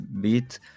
bit